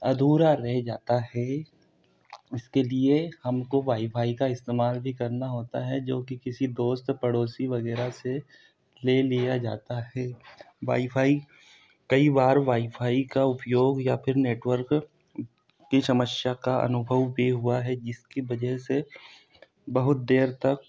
अधूरा रह जाता है इसके लिए हम को वाईफ़ाई का इस्तेमाल भी करना होता है जो कि किसी दोस्त पड़ोसी वग़ैरह से ले लिया जाता है बाईफाई कई बार वाईफाई का उपयोग या फिर नेटवर्क की समस्या का अनुभव भी हुआ है जिसकी वजह से बहुत देर तक